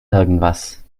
irgendwas